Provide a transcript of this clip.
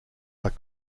are